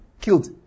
killed